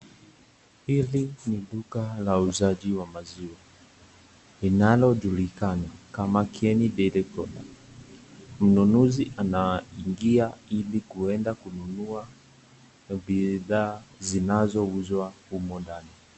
Hili ni duka la uuzaji wa maziwa linalojulikana kama Kieni Dairy Products . Mnunuzi anaingia ili kuenda kununua bidhaa zinazouzwa humo ndani.